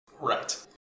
Right